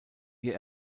ihr